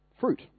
fruit